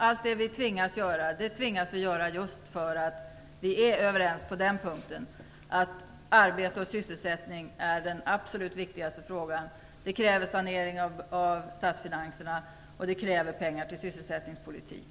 Allt det vi gör tvingas vi göra för att vi är överens om att arbete och sysselsättning är den absolut viktigaste frågan. Detta kräver en sanering av statsfinanserna, och det kräver pengar till sysselsättningspolitik.